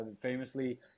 Famously